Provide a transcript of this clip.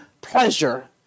pleasure